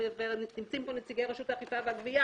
נמצאים פה נציגי רשות האכיפה והגבייה